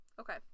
Okay